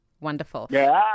Wonderful